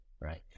right